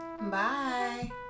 bye